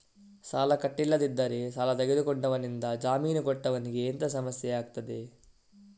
ಸಾಲ ಕಟ್ಟಿಲ್ಲದಿದ್ದರೆ ಸಾಲ ತೆಗೆದುಕೊಂಡವನಿಂದ ಜಾಮೀನು ಕೊಟ್ಟವನಿಗೆ ಎಂತ ಸಮಸ್ಯೆ ಆಗ್ತದೆ?